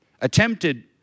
attempted